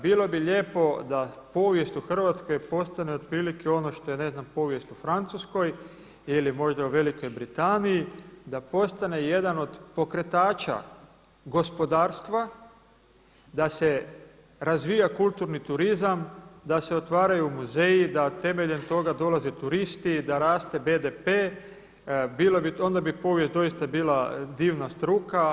Bilo bi lijepo da povijest u Hrvatskoj postane otprilike ono što je ne znam povijest u Francuskoj ili možda u Velikoj Britaniji, da postane jedan od pokretača gospodarstva, da se razvija kulturni turizam, da se otvaraju muzeji, da temeljem toga dolaze turisti, da raste BDP, onda bi povijest doista bila divna struka.